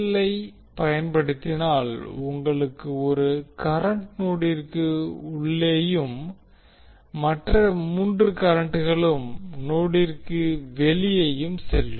ஐ பயன்படுத்தினால் உங்களுக்கு ஒரு கரண்ட் நோடிற்கு உள்ளேயும் மற்ற மூன்று கரண்ட்களும் நோடிற்கு வெளியே செல்லும்